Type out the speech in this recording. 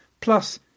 Plus